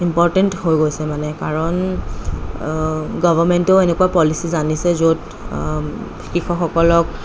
important হৈ গৈছে মানে কাৰণ গৰ্ভমেণ্টেও এনেকুৱা পলিচিজ আনিছে য'ত কৃষকসকলক